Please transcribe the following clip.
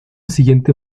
siguiente